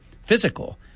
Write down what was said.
physical